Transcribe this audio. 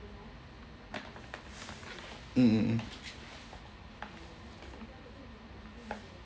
mm mm mm